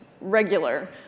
regular